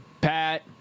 Pat